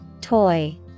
Toy